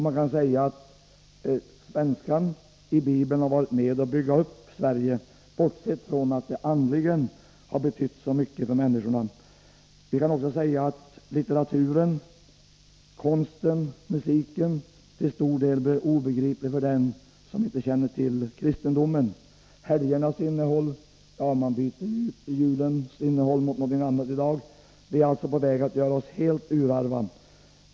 Man kan säga att svenska språket i Bibeln har varit med om att bygga upp Sverige, bortsett från att det andligen har betytt så mycket för människorna. Vi kan också säga att litteraturen, konsten, musiken och helgernas innehåll till stor del blir obegripliga för dem som inte känner till kristendomen. Ja, man byter ju ut julens rätta innehåll mot något annat i dag. Vi är alltså på väg att göra oss helt urarva.